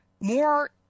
more